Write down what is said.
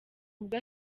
ubwo